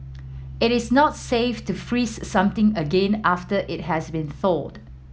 it is not safe to freeze something again after it has been thawed